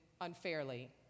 unfairly